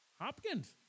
Hopkins